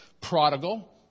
prodigal